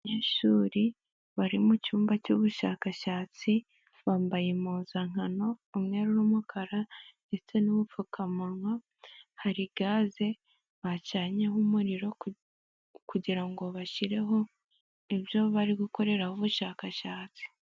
Abanyeshuri bari mu cyumba cy'ubushakashatsi ,bambaye impuzankano umweru n'umukara ,ndetse n'ubupfukamunwa, hari Gaz bacanyeho umuriro kugira ngo bashyireho ibyo bari gukoreraho ubushakashatsi.